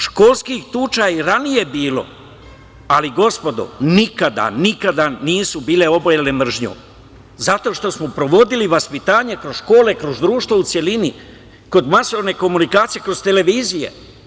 Školskih tuča je i ranije bilo, ali, gospodo, nikada nisu bile obojene mržnjom, zato što smo provodili vaspitanje kroz škole, kroz društvo u celini, kroz masovne komunikacije, kroz televizije.